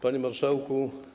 Panie Marszałku!